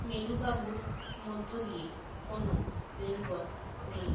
মেলুকাভুর মধ্য দিয়ে কোনো রেলপথ নেই